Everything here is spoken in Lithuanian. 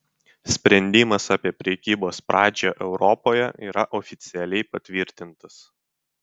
sprendimas apie prekybos pradžią europoje yra oficialiai patvirtintas